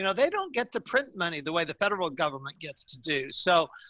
you know they don't get to print money the way the federal government gets to do so,